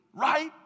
Right